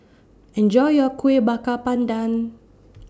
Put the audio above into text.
Enjoy your Kueh Bakar Pandan